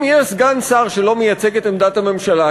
אם יש סגן שר שלא מייצג את עמדת הממשלה,